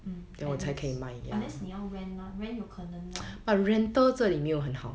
hmm at least unless 你要 rent lah rent 有可能啦这里没有很好